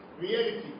reality